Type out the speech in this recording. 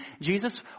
jesus